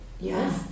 Yes